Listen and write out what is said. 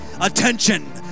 Attention